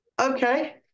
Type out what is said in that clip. Okay